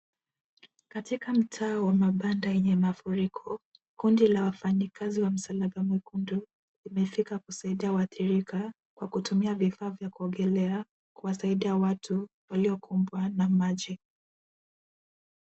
Katika mtaa wa mabanda wenye mafuriko, kundi la wafanyakazi wa msalaba mwekundu limefika kusaidia waathirika kwa kutumia vifaa vya kuogelea kuwasaidia watu walio kumbwa na maji.